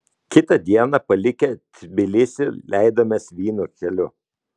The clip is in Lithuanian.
kitą dieną palikę tbilisį leidomės vyno keliu